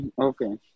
Okay